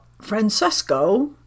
Francesco